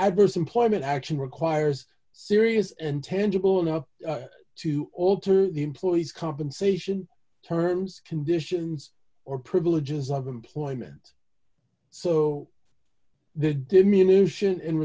dverse employment action requires serious and tangible enough to alter the employee's compensation terms conditions or privileges of employment so